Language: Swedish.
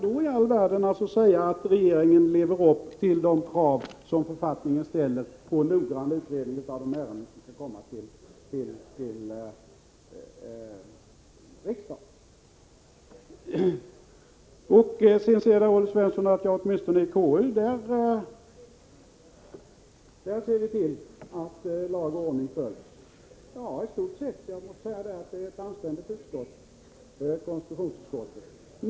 Hur i all världen kan man då säga att regeringen lever upp till de krav som författningen ställer på noggrann utredning av de ärenden som skall komma till riksdagen? Sedan säger Olle Svensson att åtminstone i KU ser vi till att lag och ordning följs. Ja, i stort sett. Jag måste säga att konstitutionsutskottet är ett anständigt utskott.